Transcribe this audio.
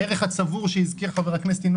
הערך הצבור ברב-קו,